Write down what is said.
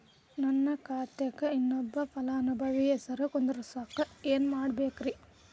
ನನ್ನ ಖಾತೆಕ್ ಇನ್ನೊಬ್ಬ ಫಲಾನುಭವಿ ಹೆಸರು ಕುಂಡರಸಾಕ ಏನ್ ಮಾಡ್ಬೇಕ್ರಿ?